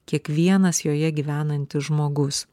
kiekvienas joje gyvenantis žmogus